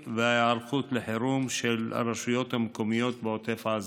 וההיערכות לחירום של הרשויות המקומיות בעוטף עזה.